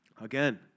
Again